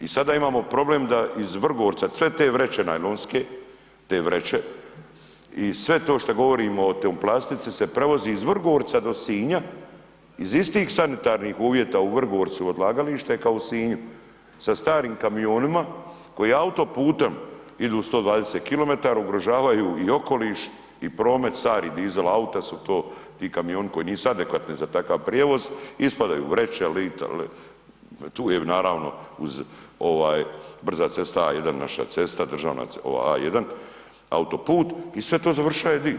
I sada imamo problem da uz Vrgorca sve te vreće najlonske, te vreće i se to što govorimo o toj plastici se prevozi iz Vrgorca do Sinja, iz istih sanitarnih uvjeta u Vrgorcu, odlagalište kao i u Sinju sa starim kamionima koji autoputom idu 120 km, ugrožavaju i okoliš i promet, stara dizel auta su to, ti kamioni koji nisu adekvatni za takav prijevoz, ispadaju vreće, ... tu je naravno brza cesta A1, naša cesta, državna ova A1, autoput i sve to završava di?